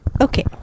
okay